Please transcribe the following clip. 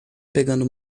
pegando